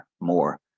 more